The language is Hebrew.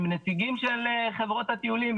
עם נציגים של חברות הטיולים.